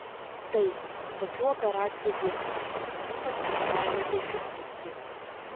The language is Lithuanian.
taip tokių operacijų buvo ypač šeštajame dešimtmetyje